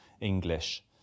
English